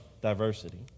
diversity